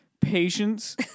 patience